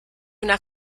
una